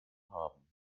haben